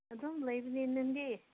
ꯑꯗꯨꯝ ꯂꯩꯕꯅꯤ ꯅꯪꯗꯤ